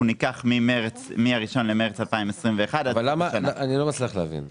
אנחנו ניקח מ-1 במרץ 2021. אני לא מצליח להבין.